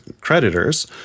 creditors